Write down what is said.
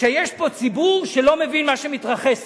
שיש פה ציבור שלא מבין מה שמתרחש סביבו.